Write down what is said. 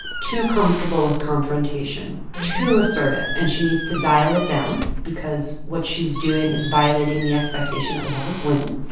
too comfortable with confrontation, too assertive and she needs to dial it down because what she's doing is violating the expectation that we have of women.